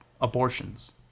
abortions